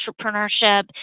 entrepreneurship